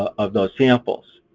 of those samples.